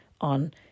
on